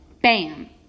bam